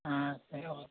ஆ சரி ஓகே